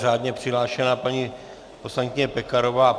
A je řádně přihlášená paní poslankyně Pekarová.